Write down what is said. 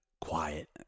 quiet